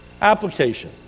Application